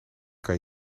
kan